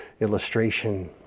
illustration